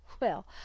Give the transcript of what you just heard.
Well